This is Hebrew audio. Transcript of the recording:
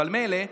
אבל מילא,